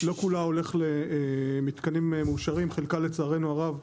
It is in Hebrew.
לא כולה הולכת למתקנים מאושרים; לצערנו הרב,